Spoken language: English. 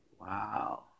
wow